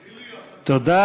תגיד לי, אתה תומך ב"חיזבאללה"?